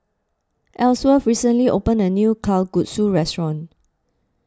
Elsworth recently opened a new Kalguksu restaurant